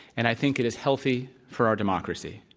and i think it is healthy for our democracy.